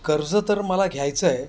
कर्ज तर मला घ्यायचं आहे